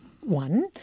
one